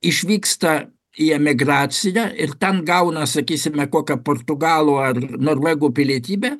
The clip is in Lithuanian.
išvyksta į emigraciją ir ten gauna sakysime kokią portugalų ar norvegų pilietybę